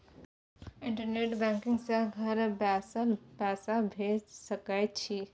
internet banking सँ घर बैसल पैसा भेज सकय छी